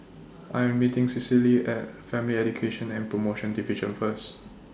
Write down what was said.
I Am meeting Cicely At Family Education and promotion Division First